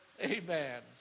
Amen